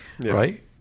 right